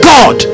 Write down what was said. God